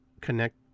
connect